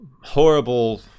horrible